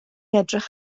edrych